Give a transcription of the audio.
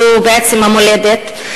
זו בעצם המולדת.